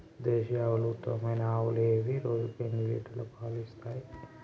దేశీయ ఆవుల ఉత్తమమైన ఆవులు ఏవి? రోజుకు ఎన్ని లీటర్ల పాలు ఇస్తాయి?